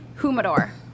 humidor